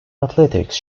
athletics